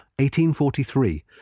1843